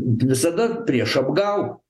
visada priešą apgauk